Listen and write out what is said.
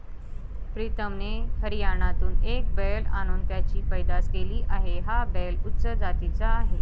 प्रीतमने हरियाणातून एक बैल आणून त्याची पैदास केली आहे, हा बैल उच्च जातीचा आहे